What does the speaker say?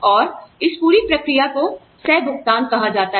और इस पूरी प्रक्रिया को सह भुगतान कहा जाता है